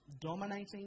dominating